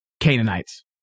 Canaanites